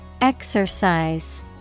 Exercise